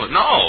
no